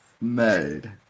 made